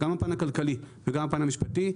גם הפן הכלכלי וגם הפן המשפטי,